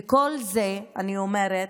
וכל זה, אני אומרת: